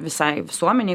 visai visuomenei